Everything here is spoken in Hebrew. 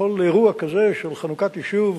בכל אירוע כזה של חנוכת יישוב,